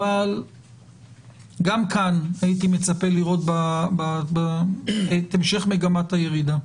אבל גם כאן הייתי מצפה לראות את המשך מגמת הירידה.